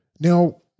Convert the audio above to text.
Now